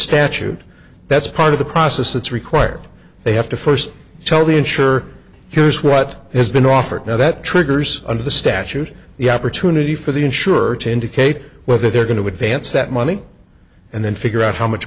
statute that's part of the process that's required they have to first tell the insurer here's what has been offered now that triggers under the statute the opportunity for the insurer to indicate whether they're going to advance that money and then figure out how much